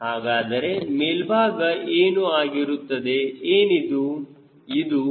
ಹಾಗಾದರೆ ಮೇಲ್ಭಾಗ ಏನು ಆಗಿರುತ್ತದೆ ಏನಿದು ಇದು ಕೇನಾರ್ಡ್